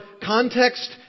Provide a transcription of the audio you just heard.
context